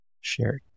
shared